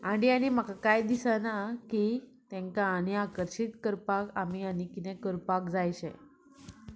आनी आनी म्हाका कांय दिसना की तांकां आनी आकर्शीत करपाक आमी आनी कितें करपाक जाय अशें